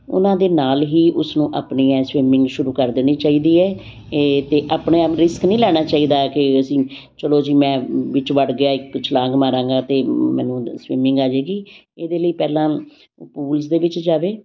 ਉਨ੍ਹਾਂ ਦੇ ਨਾਲ ਹੀ ਉਸ ਨੂੰ ਆਪਣੀ ਇਹ ਸਵਿਮਿੰਗ ਸ਼ੁਰੂ ਕਰ ਦੇਣੀ ਚਾਹੀਦੀ ਹੈ ਏ ਅਤੇ ਆਪਣੇ ਆਪ ਰਿਸਕ ਨਹੀਂ ਲੈਣਾ ਚਾਹੀਦਾ ਹੈ ਕਿ ਅਸੀਂ ਚਲੋ ਜੀ ਮੈਂ ਵਿੱਚ ਵੜ ਗਿਆ ਇੱਕ ਛਲਾਂਗ ਮਾਰਾਂਗਾ ਅਤੇ ਮ ਮੈਨੂੰ ਸਵਿਮਿੰਗ ਆ ਜਾਏਗੀ ਇਹਦੇ ਲਈ ਪਹਿਲਾਂ ਪੂਲਜ਼ ਦੇ ਵਿੱਚ ਜਾਵੇ